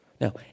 Now